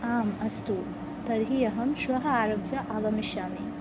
आम् अस्तु तर्हि अहं श्वः आरभ्य आगमिष्यामि